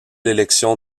l’élection